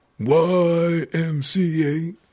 YMCA